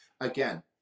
Again